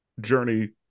Journey